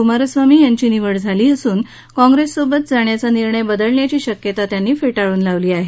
कुमारस्वामी यांची निवड झाली असून काँप्रेस सोबत जाण्याचा निर्णय बदलण्याची शक्यता त्यांनी फेटाळून लावली आहे